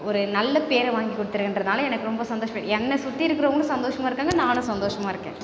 ஒரு நல்ல பேரை வாங்கி கொடுத்துருக்கன்றதால எனக்கு ரொம்ப சந்தோஷம் என்ன சுற்றி இருக்கிறவங்களும் சந்தோஷமாக இருக்காங்க நானும் சந்தோஷமாக இருக்கேன்